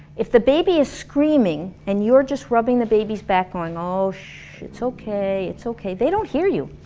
if the baby is screaming and you're just rubbing the baby's back going, oh shh, it's okay it's okay they don't hear you.